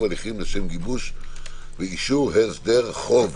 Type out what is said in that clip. הליכים לשם גיבוש ואישור הסדר חוב),